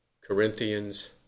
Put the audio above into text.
Corinthians